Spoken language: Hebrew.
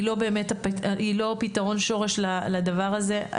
היא לא פתרון שורש לדבר הזה.